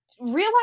realize